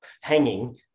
hanging